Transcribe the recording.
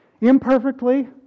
Imperfectly